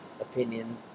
opinion